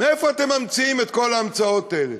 מאיפה אתם מביאים את ההמצאות האלה?